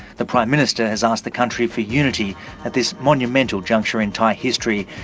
the prime minister has asked the country for unity at this monumental juncture in thai history.